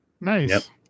Nice